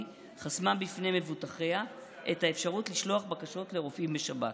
חסמה בפני מבוטחיה את האפשרות לשלוח בקשות לרופאים בשבת.